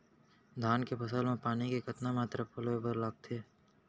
धान के फसल म पानी के कतना मात्रा पलोय बर लागथे?